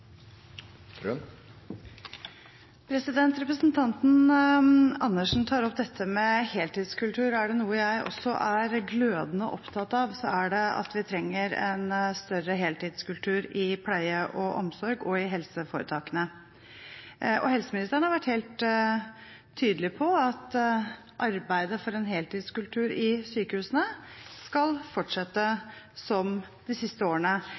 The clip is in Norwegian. det. Representanten Andersen tar opp dette med heltidskultur. Er det noe jeg også er glødende opptatt av, så er det at vi trenger en større heltidskultur i pleie og omsorg og i helseforetakene. Helseministeren har vært helt tydelig på at arbeidet for en heltidskultur i sykehusene skal fortsette som i de siste